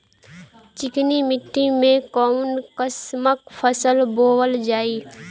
चिकनी मिट्टी में कऊन कसमक फसल बोवल जाई?